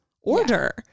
order